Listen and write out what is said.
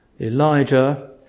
Elijah